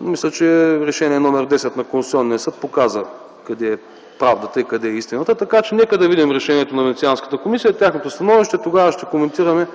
Мисля, че Решение № 10 на Конституционния съд показа къде е правдата и къде е истината. Така че нека да видим решението на Венецианската комисия, тяхното становище, тогава ще коментираме